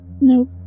No